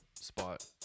spot